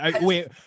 wait